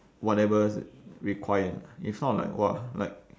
whatever require if not like !wah! like